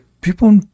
people